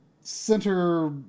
center